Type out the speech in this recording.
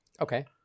Okay